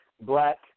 Black